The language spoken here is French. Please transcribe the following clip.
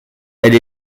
elle